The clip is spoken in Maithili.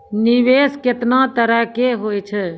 निवेश केतना तरह के होय छै?